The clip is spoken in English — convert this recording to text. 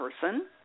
person